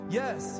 yes